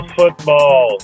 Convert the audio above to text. football